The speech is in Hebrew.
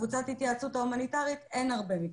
קבוצת ההתייעצות ההומניטרית, אין הרבה מקרים.